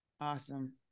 Awesome